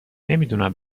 نمیدونم